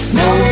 no